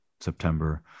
September